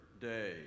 day